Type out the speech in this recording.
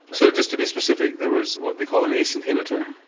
so just to be specific there was what we call an ace inhibitor.